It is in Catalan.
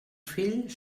fill